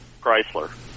Chrysler